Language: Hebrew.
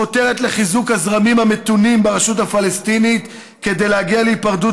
חותרת לחיזוק הזרמים המתונים ברשות הפלסטינית כדי להגיע להיפרדות